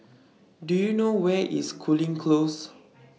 Do YOU know Where IS Cooling Close